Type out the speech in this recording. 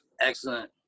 Excellent